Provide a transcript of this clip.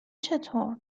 چطور